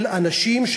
של אנשים,